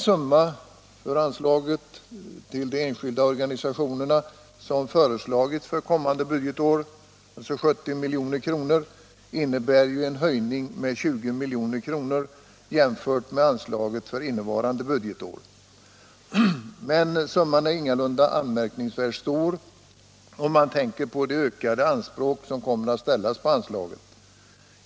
Internationellt utvecklingssamar är ingalunda anmärkningsvärt stor med tanke på de ökade anspråk som kommer att ställas på organisationerna.